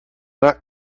not